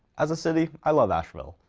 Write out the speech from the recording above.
as a city i love asheville,